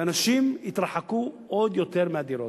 ואנשים התרחקו עוד יותר מהדירות,